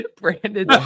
Brandon